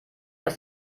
das